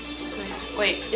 Wait